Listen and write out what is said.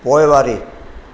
पोइवारी